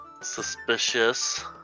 Suspicious